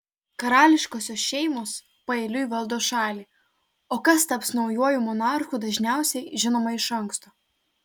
karališkosios šeimos paeiliui valdo šalį o kas taps naujuoju monarchu dažniausiai žinoma iš anksto